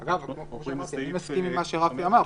אני מסכים עם מה שרפי אמר.